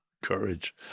courage